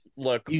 Look